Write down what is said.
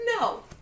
No